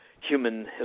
human